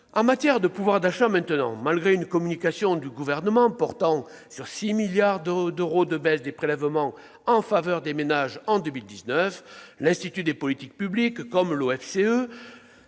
En matière de pouvoir d'achat, malgré une communication du Gouvernement portant sur 6 milliards d'euros de baisse des prélèvements en faveur des ménages en 2019, l'Institut des politiques publiques et